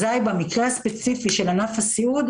אזי במקרה הספציפי של ענף הסיעוד,